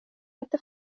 inte